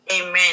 Amen